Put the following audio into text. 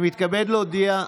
אני מתכבד להודיע,